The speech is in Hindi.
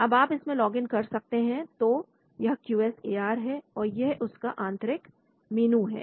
अब आप इसमें लोगिन कर सकते हैं तो यह क्यू एस ए आर है और यह उसका आंतरिक मेनू है